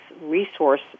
resource